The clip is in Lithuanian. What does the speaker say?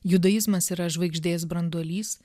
judaizmas yra žvaigždės branduolys